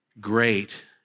great